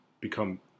become